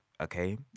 okay